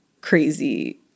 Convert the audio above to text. crazy